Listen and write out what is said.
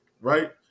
Right